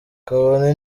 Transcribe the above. kabone